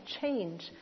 change